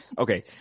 Okay